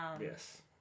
Yes